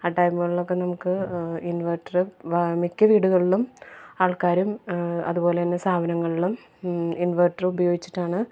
ആ ടൈമുകളിലൊക്കെ നമുക്ക് ഇന്വേട്ടറ് വാങ്ങി മിക്ക വീടുകളിലും ആള്ക്കാരും അതുപോലന്നെ സ്ഥാപനങ്ങളിലും ഇന്വട്ടറുപയോഗിച്ചിട്ടാണ്